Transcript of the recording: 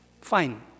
Fine